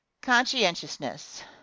Conscientiousness